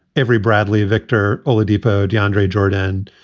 every bradley, victor oladipo, deandre jordan,